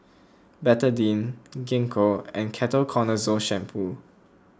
Betadine Gingko and Ketoconazole Shampoo